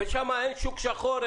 ושם אין שוק שחור,